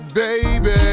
baby